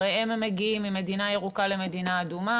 הרי הם מגיעים ממדינה ירוקה למדינה אדומה,